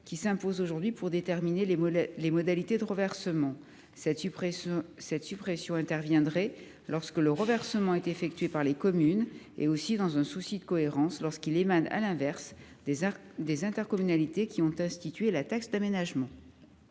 qui s’impose aujourd’hui pour déterminer les modalités de reversement. Cette suppression vaudrait aussi bien lorsque le reversement est effectué par les communes que, dans un souci de cohérence, lorsqu’il émane des intercommunalités qui ont institué la taxe d’aménagement.